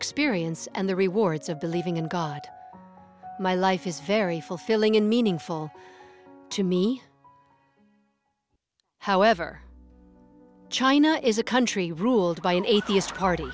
experience and the rewards of believing in god my life is very fulfilling and meaningful to me however china is a country ruled by an atheist party